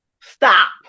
Stop